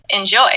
enjoy